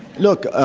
look,